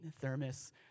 thermos